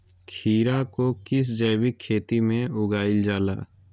खीरा को किस जैविक खेती में उगाई जाला?